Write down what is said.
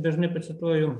dažnai pacituoju